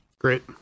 Great